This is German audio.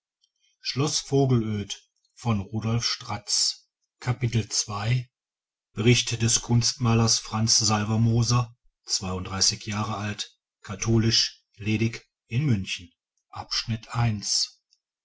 bericht des kunstmalers franz salvermoser zweiunddreißig jahre alt katholisch ledig in münchen